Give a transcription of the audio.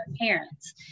parents